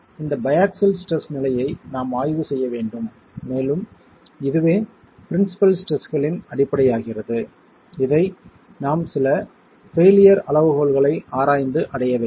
எனவே இந்த பையாக்ஸில் ஸ்ட்ரெஸ் நிலையை நாம் ஆய்வு செய்ய வேண்டும் மேலும் இதுவே பிரின்சிபல் ஸ்ட்ரெஸ்களின் அடிப்படையாகிறது இதை நாம் சில பெயிலியர் அளவுகோல்களை ஆராய்ந்து அடைய வேண்டும்